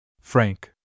Frank